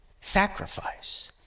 sacrifice